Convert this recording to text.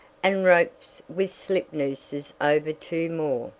and ropes with slip-nooses over two more,